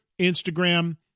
Instagram